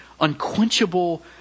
unquenchable